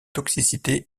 toxicité